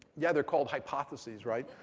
yeah, they're called hypotheses, right?